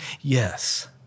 yes